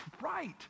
right